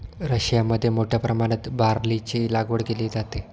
रशियामध्ये मोठ्या प्रमाणात बार्लीची लागवड केली जाते